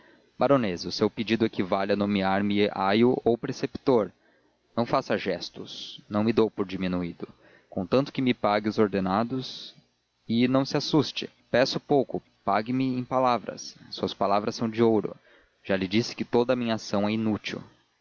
baronesa o seu pedido equivale a nomear me aio ou preceptor não faça gestos não me dou por diminuído contanto que me pague os ordenados e não se assuste peço pouco pague me em palavras as suas palavras são de ouro já lhe disse que toda a minha ação é inútil